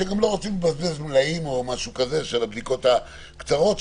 הם לא רוצים לבזבז מלאים של הבדיקות הקצרות.